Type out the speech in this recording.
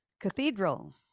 Cathedral